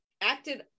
acted